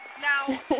Now